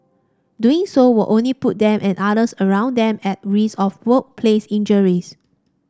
doing so will only put them and others around them at risk of workplace injuries